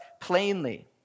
plainly